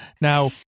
Now